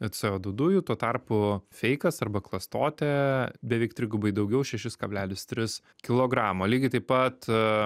co du dujų tuo tarpu feikas arba klastotė beveik trigubai daugiau šešis kablelis tris kilogramo lygiai taip pat